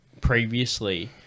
previously